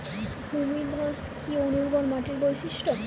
ভূমিধস কি অনুর্বর মাটির বৈশিষ্ট্য?